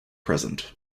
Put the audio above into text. present